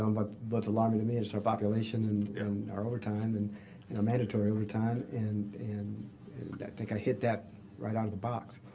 um but but alarming to me is our population, and and our overtime, and mandatory overtime, and and i think i hit that right out of the box.